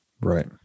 right